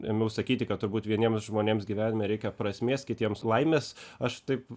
ėmiau sakyti kad turbūt vieniems žmonėms gyvenime reikia prasmės kitiems laimės aš taip